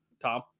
Tom